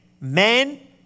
men